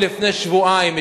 לפני שבועיים,